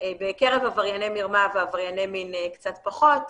בקרב עברייני מרמה ועברייני מין קצת פחות,